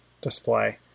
display